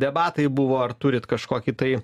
debatai buvo ar turit kažkokį tai